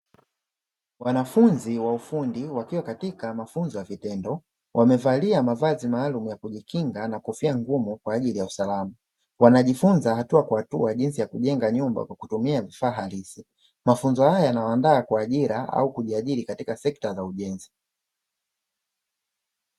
Wanafunzi wa ufundi wakiwa katika mafunzo ya vitendo, wamevalia mavazi maalumu ya kujikinga na kofia ngumu kwa ajili ya usalama. Wanajifunza hatua kwa hatua jinsi ya kujenga nyumba kwa kutumia vifaa halisi. Mafunzo haya yanawaandaa kwa ajili ya ajira au kujiajiri katika sekta za ujenzi.